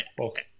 Okay